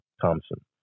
Thompson